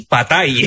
Patay